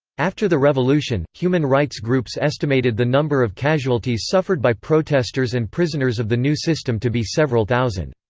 after the revolution, human rights groups estimated the number of casualties suffered by protesters and prisoners of the new system to be several thousand.